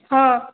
ହଁ